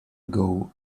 ago